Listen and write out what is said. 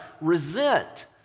resent